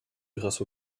grâce